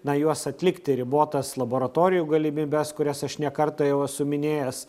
na juos atlikti ribotas laboratorijų galimybes kurias aš ne kartą jau esu minėjęs